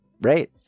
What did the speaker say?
right